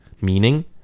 meaning